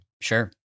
Sure